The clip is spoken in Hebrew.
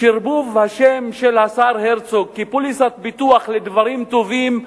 שרבוב השם של השר הרצוג היה פוליסת ביטוח לדברים טובים,